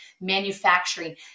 manufacturing